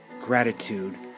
gratitude